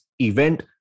event